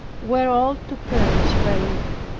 were all to perish by it,